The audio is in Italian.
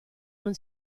non